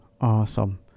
Awesome